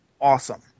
awesome